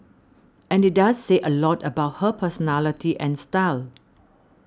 but it does say a lot about her personality and style